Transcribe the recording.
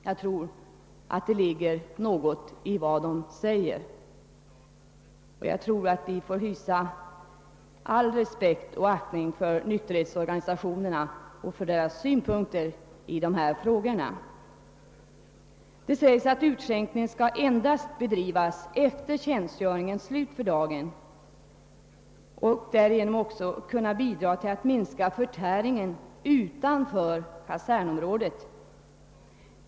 Jag tror att det ligger något i dessa uttalanden, och jag tror att vi bör hysa all respekt och aktning för nykterhetsorganisationernas synpunkter i dessa frågor. Det sägs att utskänkningen endast skall bedrivas efter tjänstgöringens slut för dagen och därigenom också kan bidra till att minska förtäringen utanför kasernområdet.